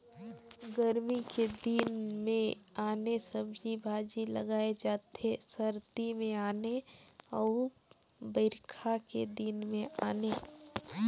गरमी के दिन मे आने सब्जी भाजी लगाए जाथे सरदी मे आने अउ बइरखा के दिन में आने